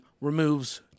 removes